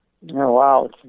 wow